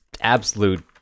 absolute